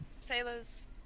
sailors